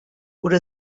oder